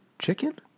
chicken